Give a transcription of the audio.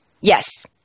Yes